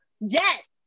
Yes